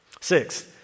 Six